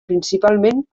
principalment